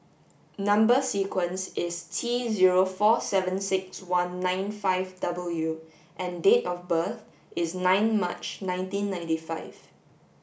number sequence is T zero four seven six one nine five W and date of birth is nine March nineteen ninety five